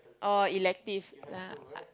oh elective yeah uh